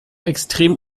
extrem